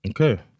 Okay